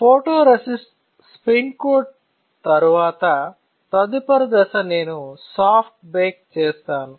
photoresist spin coat తరువాత తదుపరి దశ నేను సాఫ్ట్ బేక్ చేస్తాను